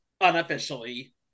unofficially